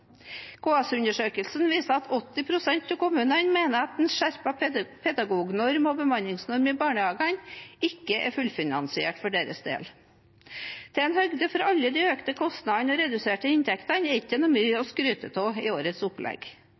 viser at 80 pst. av kommunene mener at skjerpet pedagognorm og bemanningsnorm i barnehagene ikke er fullfinansiert for deres del. Tar man høyde for alle de økte kostnadene og reduserte inntektene, er det ikke mye å skryte av i årets opplegg.